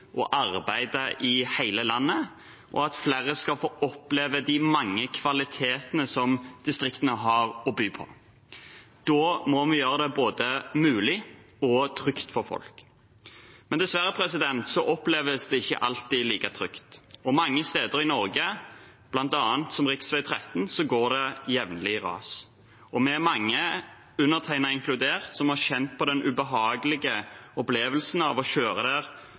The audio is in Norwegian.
arbeide i hele landet, og at flere skal få oppleve de mange kvalitetene som distriktene har å by på. Da må vi gjøre det både mulig og trygt for folk. Men dessverre oppleves det ikke alltid like trygt. Mange steder i Norge, bl.a. på rv. 13, går det jevnlig ras. Vi er mange, undertegnede inkludert, som har kjent på den ubehagelige opplevelsen av å kjøre der